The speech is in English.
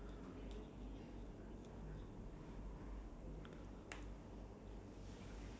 ya but usually the company depends ah what company eh you can get the corporate pass